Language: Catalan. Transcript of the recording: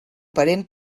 parent